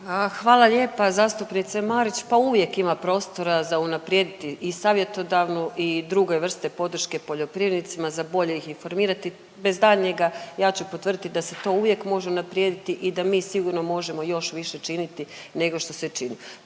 Hvala lijepa zastupnice Marić. Pa uvijek ima prostora za unaprijediti i savjetodavnu i druge vrste podrške poljoprivrednicima za bolje ih informirati. Bez daljnjega ja ću potvrditi da se to uvijek može unaprijediti i da mi sigurno možemo još više činiti nego što se čini.